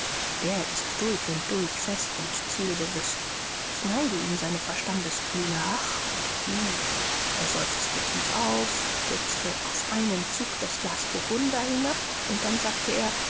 der ist durch und durch fest und zielbewußt ich neide ihm seine verstandeskühle ach und wie er seufzte tief auf stürzte auf einen zug das glas burgunder hinab und dann sagte er